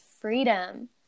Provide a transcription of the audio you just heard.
freedom